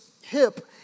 hip